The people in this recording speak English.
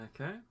Okay